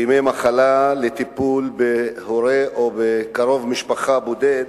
בימי מחלה לטיפול בהורה או בקרוב משפחה בודד.